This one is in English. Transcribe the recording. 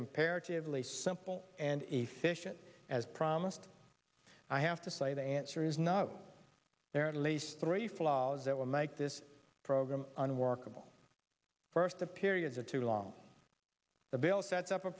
comparatively simple and efficient as promised i have to say the answer is no there at least three flaws that will make this program unworkable first of periods of too long the bill sets up a